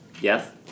Yes